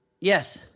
Yes